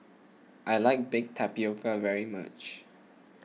I like Baked Tapioca very much